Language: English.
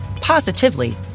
positively